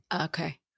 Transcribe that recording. Okay